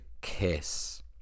Kiss